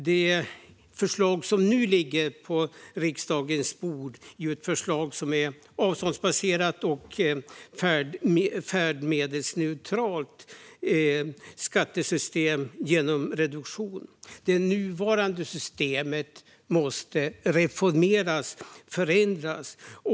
Det förslag som nu ligger på riksdagens bord gäller ett skattesystem som är avståndsbaserat och färdmedelsneutralt genom reduktion. Det nuvarande systemet måste reformeras och förändras.